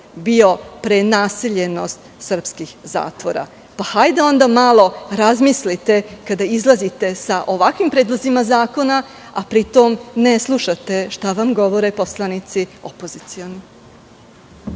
bila prenaseljenost srpskih zatvora. Hajde onda malo razmislite kada izlazite sa ovakvim predlozima zakona, a pri tom ne slušate šta vam govore poslanici opozicije.